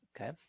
Okay